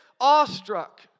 awestruck